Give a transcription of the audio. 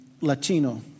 Latino